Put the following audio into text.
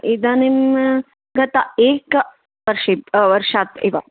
इदानीं गत एकवर्षे वर्षात् एव